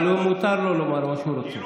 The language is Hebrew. אבל מותר לו לומר מה שהוא רוצה.